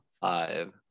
five